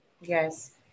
yes